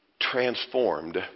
transformed